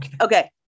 Okay